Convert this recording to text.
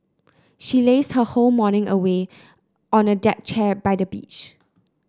she lazed her whole morning away on a deck chair by the beach